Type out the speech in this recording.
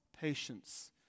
patience